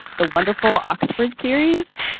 the wonderful oxford series.